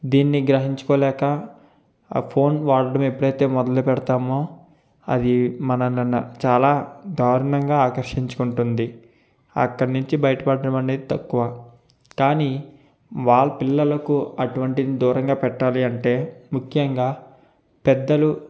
దీన్ని గ్రహించుకోలేక ఆ ఫోన్ వాడడం ఎప్పుడైతే మొదలుపెడతామో అది మనలన్నచాలా దారుణంగా ఆకర్షించుకుంటుంది అక్కడినుంచి బయటపడ్డం అనేది తక్కువ కాని వాల్ పిల్లలకు అటువంటిది దూరంగా పెట్టాలి అంటే ముఖ్యంగా పెద్దలు